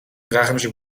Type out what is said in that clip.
гайхамшиг